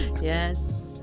Yes